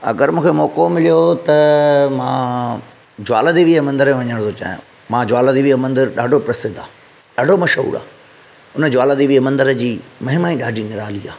अगरि मूंखे मौको मिलियो त मां ज्वाला देवीअ मंदरु वञण थो चाहियां मां ज्वाला देवी मंदरु ॾाढो प्रसिद्ध आहे ॾाढो मशहूरु आहे हुन ज्वाला देवी मंदर जी महिमा ई ॾाढी निराली आहे